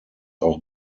auch